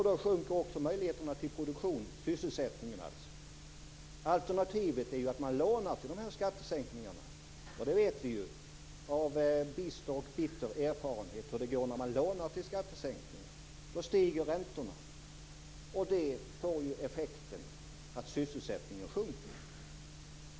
Då minskar också möjligheterna till produktion och sysselsättning. Alternativet är att låna till dessa skattesänkningar. Det vet vi ju av bitter och bister erfarenhet hur det går när man lånar till skattesänkningar. Då stiger räntorna, vilket får till effekt att sysselsättningen sjunker.